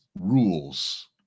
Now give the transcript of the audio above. rules